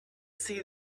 see